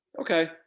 Okay